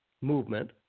movement